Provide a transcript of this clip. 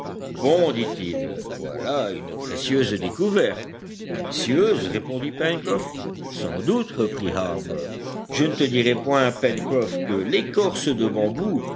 bon dit-il voilà une précieuse découverte précieuse répondit pencroff sans doute reprit harbert je ne te dirai point pencroff que l'écorce de bambou